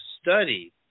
study